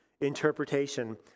interpretation